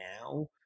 now